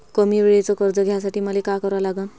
कमी वेळेचं कर्ज घ्यासाठी मले का करा लागन?